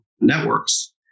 networks